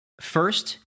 first